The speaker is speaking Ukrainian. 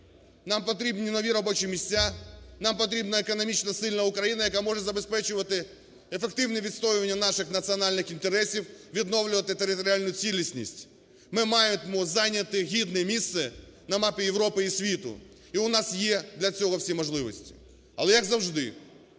нам потрібні нові робочі місця, нам потрібна економічно сильна України, яка може забезпечувати ефективне відстоювання наших національних інтересів, відновлювати територіальну цілісність. Ми маємо зайняти гідне місце на мапі Європи і світу. І у нас є для цього всі можливості. Але, як завжди,